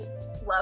love